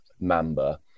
Mamba